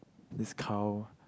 this cow